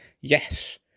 yes